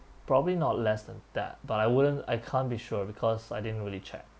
probably not less than that but I wouldn't I can't be sure because I didn't really check